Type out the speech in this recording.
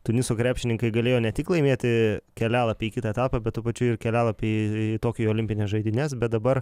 tuniso krepšininkai galėjo ne tik laimėti kelialapį į kitą etapą bet tuo pačiu ir kelialapį į į tokijo olimpines žaidynes bet dabar